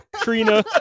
Trina